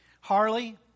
Harley